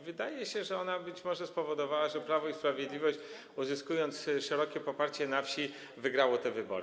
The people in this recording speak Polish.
Wydaje się, że ona być może spowodowała, że Prawo i Sprawiedliwość, uzyskując szerokie poparcie na wsi, wygrało te wybory.